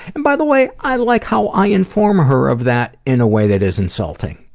and by the way, i like how i inform her of that in a way that is insulting.